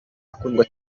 akundwa